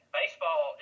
baseball